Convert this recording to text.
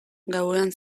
gauean